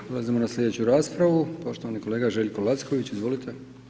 Prelazimo na slijedeću raspravu, poštovani kolega Željko Lacković, izvolite.